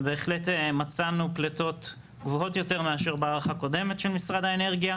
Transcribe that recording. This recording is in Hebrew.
ובהחלט מצאנו פליטות גבוהות יותר מאשר בהערכה קודמת של משרד האנרגיה,